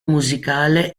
musicale